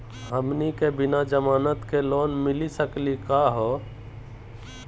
हमनी के बिना जमानत के लोन मिली सकली क हो?